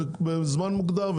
בזמן מוגדר,